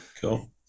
Cool